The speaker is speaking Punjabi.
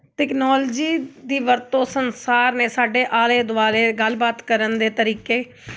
ਤੈਕਨੋਲਜੀ ਦੀ ਵਰਤੋਂ ਸੰਸਾਰ ਨੇ ਸਾਡੇ ਆਲੇ ਦੁਆਲੇ ਗੱਲਬਾਤ ਕਰਨ ਦੇ ਤਰੀਕੇ